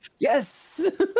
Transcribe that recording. Yes